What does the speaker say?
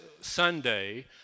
Sunday